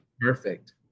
perfect